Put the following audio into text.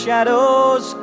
Shadows